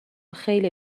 خیلی